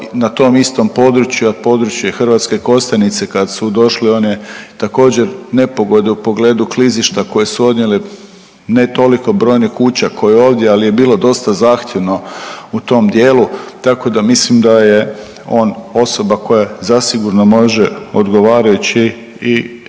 na tom istom području, područje Hrvatske Kostajnice kad su došle one također nepogode u pogledu klizišta koje su odnijele ne toliko brojnih kuća ko i ovdje, ali je bilo dosta zahtjevno u tom dijelu, tako da mislim da je on osoba koja zasigurno može odgovarajući